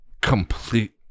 Complete